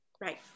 right